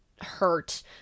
hurt